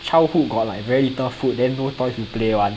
childhood got like very little food then no toys to play [one]